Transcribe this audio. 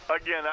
again